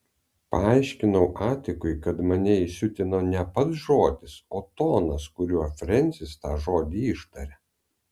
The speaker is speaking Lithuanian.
paaiškinau atikui kad mane įsiutino ne pats žodis o tonas kuriuo frensis tą žodį ištarė